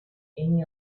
any